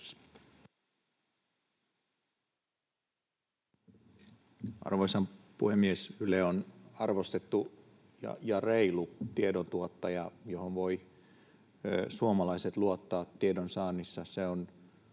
Arvoisa puhemies! Yle on arvostettu ja reilu tiedon tuottaja, johon suomalaiset voivat luottaa tiedonsaannissa.